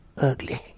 ugly